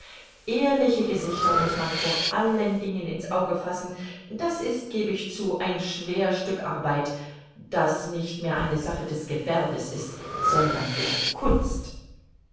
ehrliche gesichter muß man vor allen dingen in's auge fassen das ist geb ich zu ein schwer stück arbeit das nicht mehr eine sache des gewerbes ist sondern der kunst